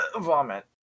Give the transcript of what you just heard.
Vomit